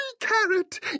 carrot